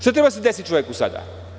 Šta treba da se desi čoveku sada?